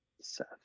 Seth